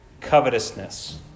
covetousness